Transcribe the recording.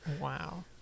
Wow